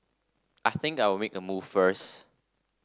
I think I'll make a move first